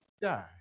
die